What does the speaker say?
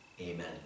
Amen